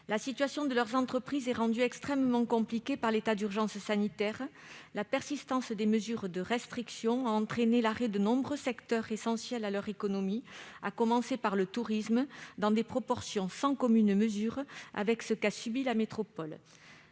La situation de leurs entreprises est rendue extrêmement compliquée par l'état d'urgence sanitaire. La persistance des mesures de restriction a entraîné l'arrêt de nombreux secteurs essentiels à leur économie, à commencer par le tourisme, dans des proportions sans commune mesure avec ce qu'a subi la métropole.